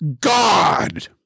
God